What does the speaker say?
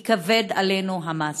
כי כבד עלינו המשא.